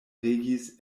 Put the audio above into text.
regis